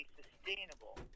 sustainable